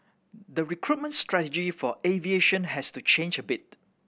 the recruitment strategy for aviation has to change a bit